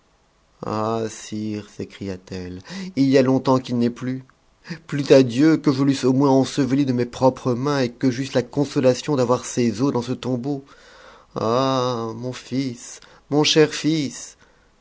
ah sire sécria t e ie il y a longtemps qu'il n'est plus plût à dieu que je l'eusse au moins enseveli de mes propres mains et que j'eusse la consolation d'avoir ses os dans ce tombeau ah mon bis mon cher fils